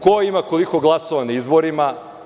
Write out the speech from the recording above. Ko ima koliko glasova na izborima.